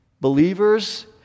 believers